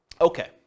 Okay